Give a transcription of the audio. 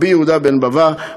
קבר רבי יהודה בן בבא,